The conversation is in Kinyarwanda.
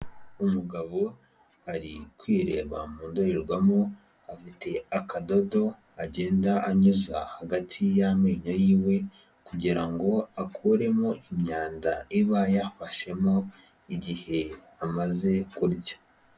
Umugabo ari kwireba mu ndorerwamo, afite akadodo agenda anyuza hagati y'amenyo yiwe kugira ngo akuremo imyanda iba yafashemo igihe amaze kurya.